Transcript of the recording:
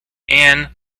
anne